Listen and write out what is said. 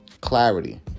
clarity